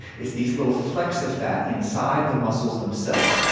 it's these little flecks of fat inside the muscles themselves.